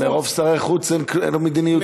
מרוב שרי חוץ אין לנו מדיניות חוץ.